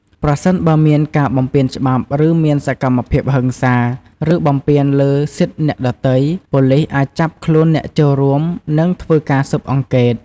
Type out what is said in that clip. ប្រសិនបើមានការបំពានច្បាប់ ឬមានសកម្មភាពហិង្សា ឬបំពានលើសិទ្ធិអ្នកដទៃ ប៉ូលីសអាចចាប់ខ្លួនអ្នកចូលរួម និងធ្វើការស៊ើបអង្កេត។